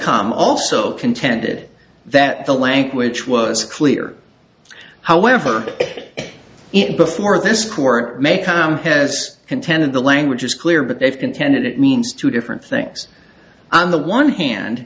also contended that the language was clear however it before this court may com has contended the language is clear but they've contended it means two different things on the one hand